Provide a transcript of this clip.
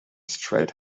straight